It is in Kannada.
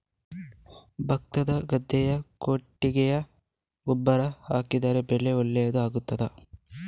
ಭತ್ತದ ಗದ್ದೆಗೆ ಕೊಟ್ಟಿಗೆ ಗೊಬ್ಬರ ಹಾಕಿದರೆ ಬೆಳೆ ಒಳ್ಳೆಯದು ಆಗುತ್ತದಾ?